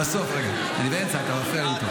רגע, אני באמצע, אתה מפריע לי.